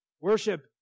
Worship